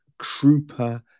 Krupa